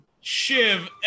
shiv